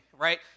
Right